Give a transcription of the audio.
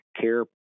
care